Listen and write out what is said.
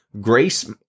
grace